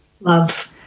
Love